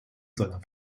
seiner